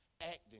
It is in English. acting